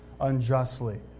unjustly